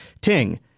Ting